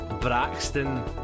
Braxton